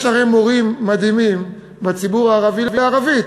יש הרי מורים מדהימים לערבית בציבור הערבי.